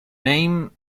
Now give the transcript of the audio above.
name